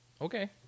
Okay